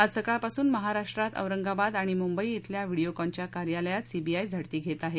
आज सकाळपासून महाराष्ट्रात औरंगाबाद आणि मुंबई श्वल्या व्हिडीओकॉनच्या कार्यालयांमधे सीबीआय झडती घेत आहे